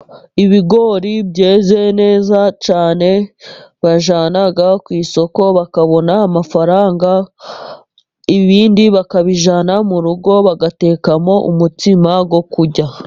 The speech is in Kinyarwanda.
Ibigori byezeye neza cyane. Bajyana ku isoko bakabona amafaranga ibindi bakabijyana mu rugo bagatekamo umutsima wo kurya.